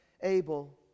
Abel